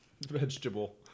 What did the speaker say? Vegetable